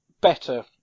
better